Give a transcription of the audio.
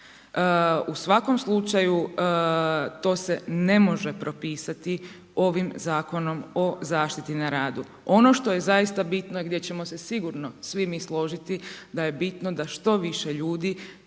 U svakom slučaju to se ne može propisati ovim zakonom o zaštiti na radu. Ono što je zaista bitno i gdje ćemo se sigurno svi mi složiti, da je bitno da što više ljudi,